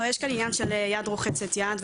גם יש כאן עניין של יד רוחצת יד,